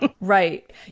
Right